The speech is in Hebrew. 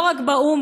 לא רק באו"ם,